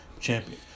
champion